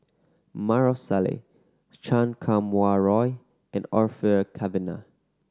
Maarof Salleh Chan Kum Wah Roy and Orfeur Cavenagh